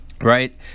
Right